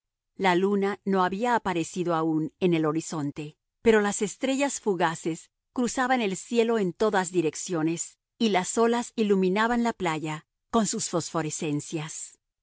la luna no había aparecido aún en el horizonte pero las estrellas fugaces cruzaban el cielo en todas direcciones y las olas iluminaban la playa con sus